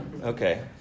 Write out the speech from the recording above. Okay